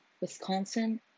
Wisconsin